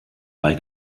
bei